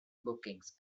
bookings